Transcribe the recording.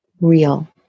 real